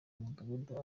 mudugudu